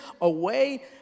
away